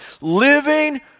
living